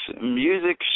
music